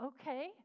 okay